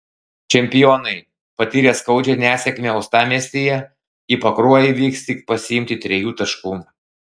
čempionai patyrę skaudžią nesėkmę uostamiestyje į pakruojį vyks tik pasiimti trijų taškų